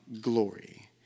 glory